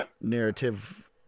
narrative